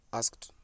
asked